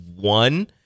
one